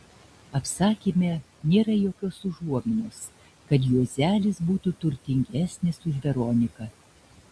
apsakyme nėra jokios užuominos kad juozelis būtų turtingesnis už veroniką